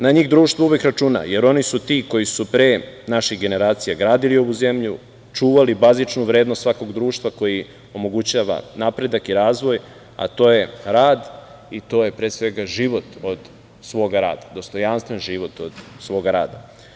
Na njih društvo uvek računa, jer oni su ti koji su pre naših generacija gradili ovu zemlju, čuvali bazičnu vrednost svakog društva koji omogućava napredak i razvoj, a to je rad i to je, pre svega, život od svog rada, dostojanstven život od svog rada.